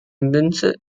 münze